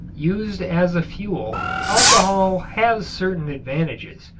used as a fuel alcohol has certain advantages,